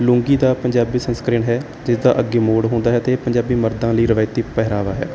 ਲੂੰਗੀ ਦਾ ਪੰਜਾਬੀ ਸੰਸਕਰਣ ਹੈ ਜਿਸਦਾ ਅੱਗੇ ਮੋੜ ਹੁੰਦਾ ਹੈ ਅਤੇ ਪੰਜਾਬੀ ਮਰਦਾਂ ਲਈ ਰਵਾਇਤੀ ਪਹਿਰਾਵਾ ਹੈ